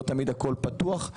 לא תמיד הכול פתוח.